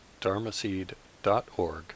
dharmaseed.org